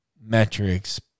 metrics